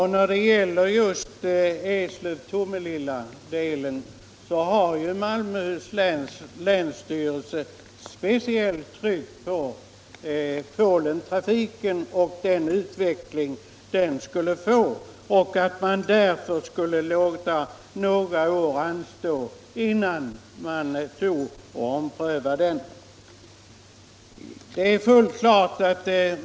I fråga om bandelen Eslöv-Tomelilla har länsstyrelsen i Malmöhus län speciellt tryckt på Polen-trafiken och den utveckling denna skulle få. Länsstyrelsen har därför ansett att omprövningen borde anstå några år.